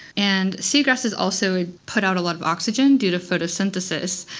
and seagrasses also put out a lot of oxygen due to photosynthesis,